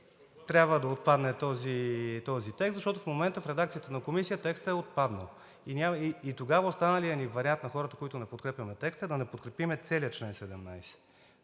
трябва да отпадне този текст, защото в момента в редакцията на Комисията текстът е отпаднал и тогава останалият ни вариант – на хората, които не подкрепяме текста, да не подкрепим целия чл. 17,